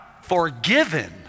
forgiven